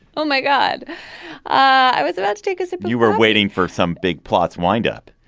oh, my god i was about to take as if you were waiting for some big plots lined up.